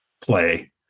play